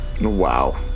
Wow